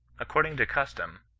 according to custom,